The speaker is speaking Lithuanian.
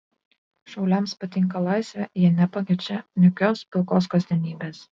šauliams patinka laisvė jie nepakenčia nykios pilkos kasdienybės